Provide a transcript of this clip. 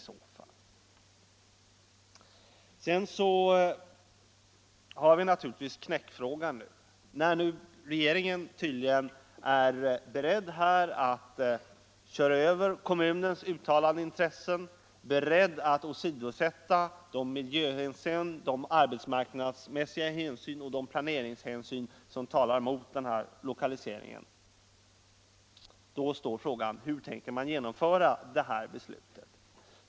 Sedan har vi själva knäckfrågan. När nu regeringen tydligen är beredd att köra över kommunens uttalade intressen och åsidosätta de arbetsmarknadsmässiga och planeringsmässiga hänsyn som talar för den aktuella lokaliseringen uppstår frågan: Hur tänker man genomföra detta beslut?